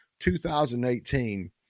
2018